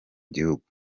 gihugu